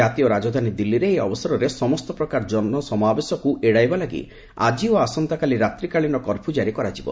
ଜାତୀୟ ରାଜଧାନୀ ଦିଲ୍ଲୀରେ ଏହି ଅବସରରେ ସମସ୍ତ ପ୍ରକାର ଜନସମାବେଶକୁ ଏଡ଼ାଇବା ଲାଗି ଆଜି ଓ ଆସନ୍ତାକାଲି ରାତ୍ରିକାଳୀନ କର୍ଫ୍ୟୁ ଜାରି କରାଯିବ